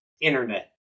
internet